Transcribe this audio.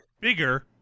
bigger